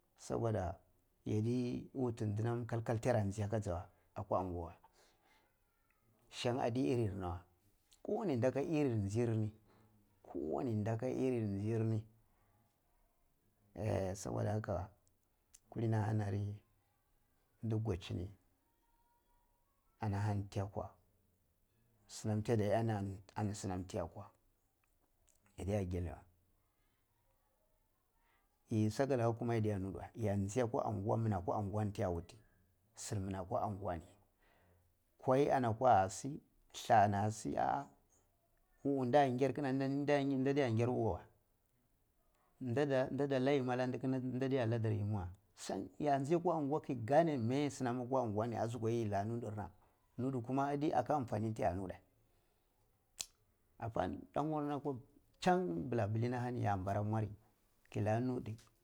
Soboda ya di wutu dinamkal kal ti yara ji aka jaw a akwa angwa wei san adi irin nawa ko wani de ake irin jir ni kowan de aka irin jir ni iye soboda haka kulini ahanari ndi gwaichini ana hani tiyakwa sinam tiya iya na ri ani sinam ti yakwa yadda kyaliwe, eh saka laka kuma yadda nudda wei ya ji akwa angwa munna kwa angwa ni ke uniti sir mina kwa angwa ni kwai ana kwa ana sin la nasi ah uh uh da gyar da gyar uh uh wie nda da la yimi alla nde, kina da da la dar jimi wai san ja jiya akwa akwa ke gane me sinam akwa aggwa ko ju kwa mwar nuddir na nuddi kuma aka amfani tiya nudda apa damar na chan blabilin ahani jabara mwari kilan nudi.